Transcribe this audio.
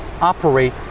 operate